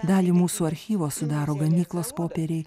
dalį mūsų archyvo sudaro gamyklos popieriai